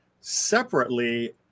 separately